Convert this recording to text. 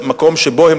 על הזריזות, על הזריזות.